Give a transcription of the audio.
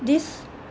these